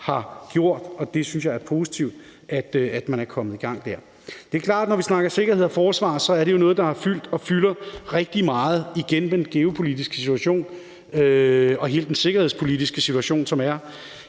har gjort. Jeg synes, det er positivt, at man er kommet i gang dér. Det er klart, at når vi snakker sikkerhed og forsvar, er det noget, der har fyldt og fylder rigtig meget, igen med den geopolitiske situation og hele den sikkerhedspolitiske situation, som der